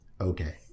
okay